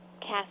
cast